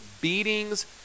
beatings